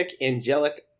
angelic